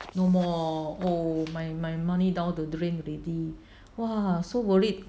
no more oh my my money down the drain already !wah! so worried